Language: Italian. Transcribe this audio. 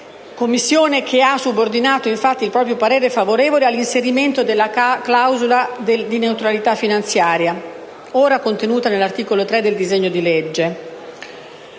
Commissione ha subordinato il proprio parere favorevole all'inserimento della clausola di neutralità finanziaria, ora contenuta nell'articolo 3 del disegno di legge.